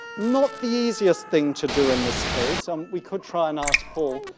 not the easiest thing to do in this case and we could try and ask paul,